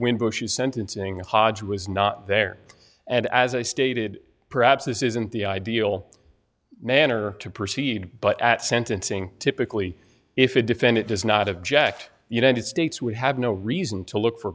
when bush is sentencing hodge was not there and as i stated perhaps this isn't the ideal manner to proceed but at sentencing typically if a defendant does not object united states would have no reason to look for